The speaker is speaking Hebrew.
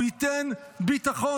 הוא ייתן ביטחון,